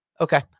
Okay